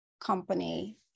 company